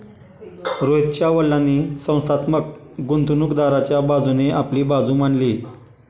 रोहितच्या वडीलांनी संस्थात्मक गुंतवणूकदाराच्या बाजूने आपली बाजू मांडली